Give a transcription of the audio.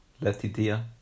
letitia